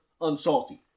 unsalty